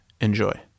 Enjoy